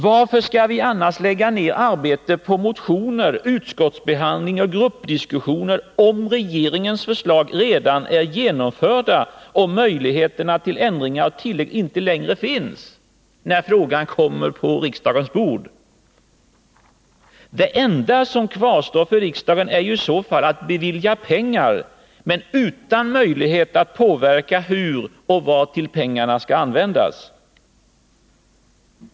Varför skall vi lägga ned arbete på motioner, utskottsbehandling och gruppdiskussioner, om regeringens förslag redan är genomförda och möjligheterna till ändringar och tillägg inte längre finns när frågan kommer på riksdagens bord? Det enda som i så fall kvarstår för riksdagen är att bevilja pengar, utan möjlighet att påverka hur och vartill pengarna skall användas!